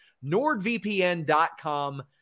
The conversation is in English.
nordvpn.com